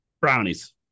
Brownies